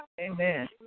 Amen